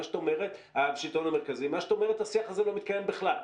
מה שאת אומרת, השיח הזה לא מתקיים בכלל.